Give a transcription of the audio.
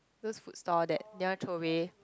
those food stall that they want throw away